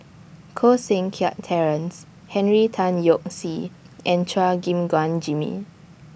Koh Seng Kiat Terence Henry Tan Yoke See and Chua Gim Guan Jimmy